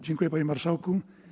Dziękuję, panie marszałku.